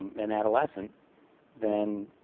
um an adolescent then,